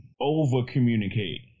over-communicate